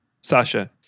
Sasha